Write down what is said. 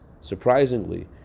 surprisingly